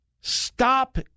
Stop